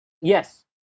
Yes